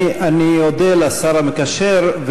אני אודה לשר המקשר.